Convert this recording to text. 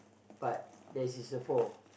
but there's is a four